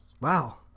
Wow